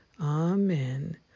Amen